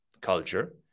culture